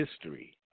history